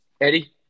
Eddie